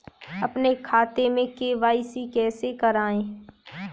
अपने खाते में के.वाई.सी कैसे कराएँ?